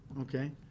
okay